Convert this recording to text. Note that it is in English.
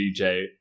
DJ